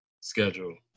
schedule